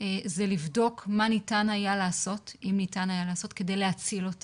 זה לבדוק מה ניתן היה לעשות אם ניתן היה לעשות כדי להציל את